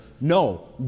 No